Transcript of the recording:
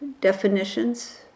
definitions